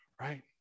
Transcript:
right